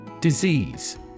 Disease